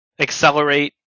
Accelerate